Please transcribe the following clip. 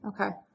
Okay